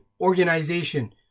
organization